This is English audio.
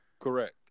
Correct